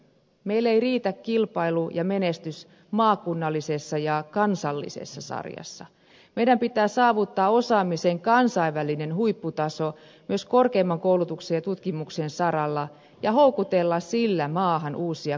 meille ei riitä kilpailu ja menestys maakunnallisessa ja kansallisessa sarjassa meidän pitää saavuttaa osaamisen kansainvälinen huipputaso myös korkeimman koulutuksen ja tutkimuksen saralla ja houkutella sillä maahan uusia kansainvälisiä osaajia